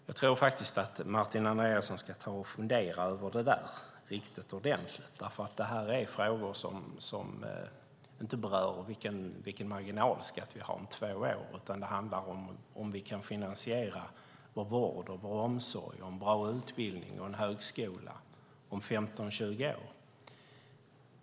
Jag tror faktiskt att Martin Andreasson ska fundera över det där riktigt ordentligt, för det här är frågor som inte berör vilken marginalskatt vi har om två år, utan det handlar om ifall vi kan finansiera vår vård, vår omsorg, en bra utbildning och en högskola om 15-20 år.